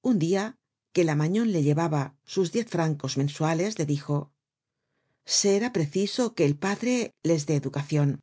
una dia que la magnon le llevaba sus diez francos mensuales le dijo será preciso que el padre les dé educacion